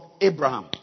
Abraham